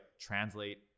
translate